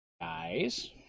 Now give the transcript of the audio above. guys